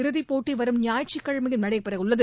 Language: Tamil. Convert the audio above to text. இறுதிப்போட்டி வரும் ஞாயிற்றுக்கிழமையும் நடைபெறவுள்ளது